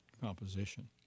composition